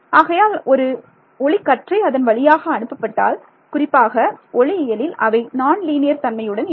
ஆகையால் ஒரு ஒளிக்கற்றை அதன்வழியாக அனுப்பப்பட்டால் குறிப்பாக ஒளியியலில் அவை நான்லீனியர் தன்மையுடன் இருக்கும்